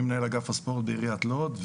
אני מנהל אגף הספורט בעיריית לוד,